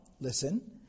Listen